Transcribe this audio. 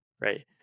right